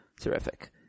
Terrific